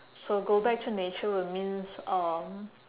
so go back to nature would means um